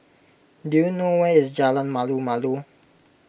do you know where is Jalan Malu Malu